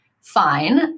fine